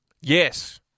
Yes